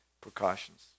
precautions